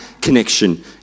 connection